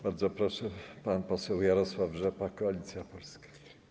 Bardzo proszę, pan poseł Jarosław Rzepa, Koalicja Polska.